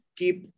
keep